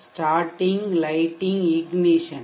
starting lighting ignition